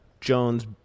Jones